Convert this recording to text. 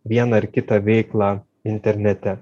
vieną ar kitą veiklą internete